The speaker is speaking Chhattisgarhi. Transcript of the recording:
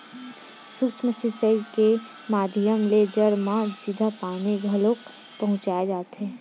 सूक्ष्म सिचई के माधियम ले जर म सीधा पानी ल घलोक पहुँचाय जाथे